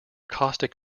caustic